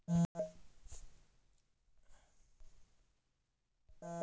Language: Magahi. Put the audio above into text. पेमेंट प्रोटक्शन इंश्योरेंस के तहत क्रेडिट कार्ड इ सब के भुगतान के व्यवस्था भी रहऽ हई